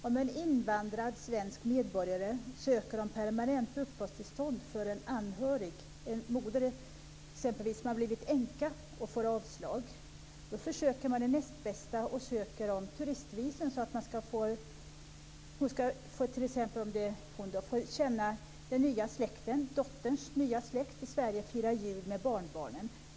Om en invandrad svensk medborgare söker permanent uppehållstillstånd för en anhörig, t.ex. en moder som blivit änka, och får avslag försöker man med det näst bästa och söker turistvisum så att modern kan få lära känna dotterns nya släkt i Sverige och fira jul med barnbarnen.